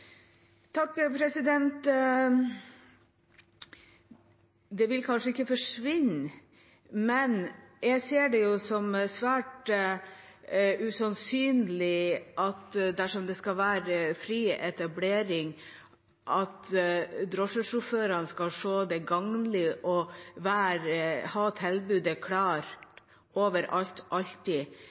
Det vil kanskje ikke forsvinne, men jeg ser det som svært usannsynlig, dersom det skal være fri etablering, at drosjesjåførene skal se det gagnlig å ha tilbudet klart overalt, alltid,